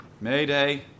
Mayday